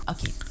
Okay